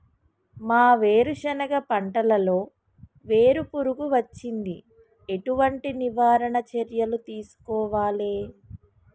మా వేరుశెనగ పంటలలో వేరు పురుగు వచ్చింది? ఎటువంటి నివారణ చర్యలు తీసుకోవాలే?